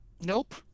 Nope